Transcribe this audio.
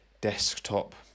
Desktop